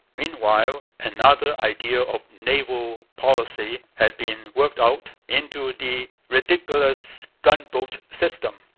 meanwhile, another idea of naval policy had been worked out into the ridiculous gunboat system.